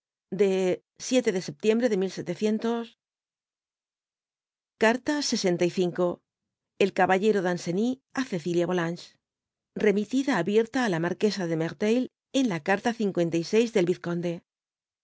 de de septiembre de carta el caballero danceny á cecilia volanges remitida abierta á la marquesa de merteuil y en la carta del yiftoottde yvk será de